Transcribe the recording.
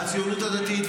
הציונות הדתית,